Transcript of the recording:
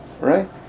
right